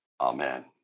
Amen